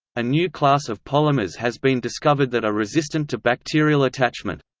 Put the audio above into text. a new class of polymers has been discovered that are resistant to bacterial attachment.